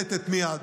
מייד